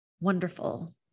wonderful